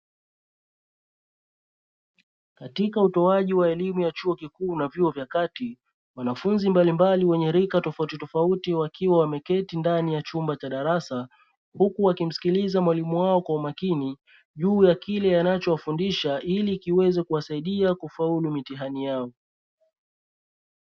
Katika utoaji wa elimu ya chuo kikuu na vyuo vya kati wanafunzi mbalimbali wenye rika tofauti tofauti, wakiwa wameketi ndani ya chumba cha darasa huku wakimsikiliza mwalimu wao kwa umakini juu ya kile anachowafundisha ili kiweze kuwasaidia kufaulu mitihani yao.